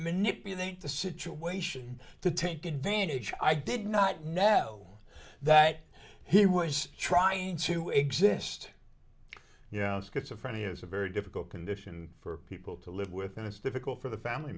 manipulate the situation to take advantage i did not now that he was trying to exist yeah schizophrenia is a very difficult condition for people to live with and it's difficult for the family